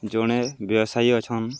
ଜଣେ ବ୍ୟବସାୟୀ ଅଛନ୍